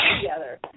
together